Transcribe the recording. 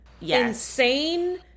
insane